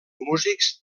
músics